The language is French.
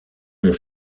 ont